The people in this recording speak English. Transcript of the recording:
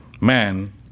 Man